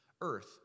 earth